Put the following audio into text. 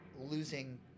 losing